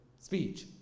speech